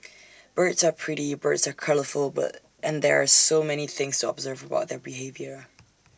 birds are pretty birds are colourful and there are so many things to observe about their behaviour